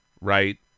right